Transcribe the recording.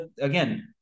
Again